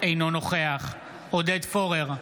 אינו נוכח עודד פורר,